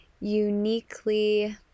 uniquely